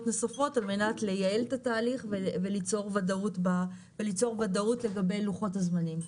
נוספות לייעל את התהליך וליצור וודאות לגבי לוחות הזמנים.